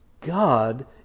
God